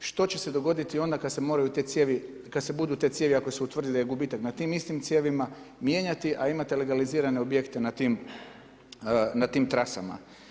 Što će se dogoditi onda kad se budu te cijevi kad se utvrdi da je gubitak na tim istim cijevima mijenjati, a imate legalizirane objekte na tim trasama?